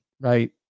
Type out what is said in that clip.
right